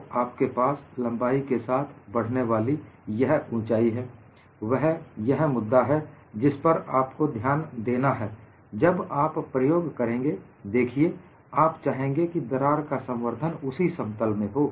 तो आपके पास लंबाई के साथ बढ़ने वाली यह ऊंचाई है यह वह मुद्दा है जिस पर आप को ध्यान देना है जब आप प्रयोग करेंगे देखिए आप चाहेंगे कि दरार का संवर्धन उसी समतल में हो